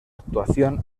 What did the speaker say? actuación